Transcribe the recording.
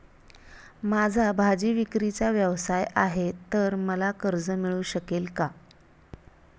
माझा भाजीविक्रीचा व्यवसाय आहे तर मला कर्ज मिळू शकेल का?